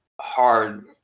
hard